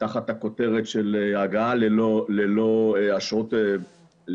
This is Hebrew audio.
ותחת הכותרת של הגעה ללא אשרות.